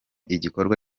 ikiganiro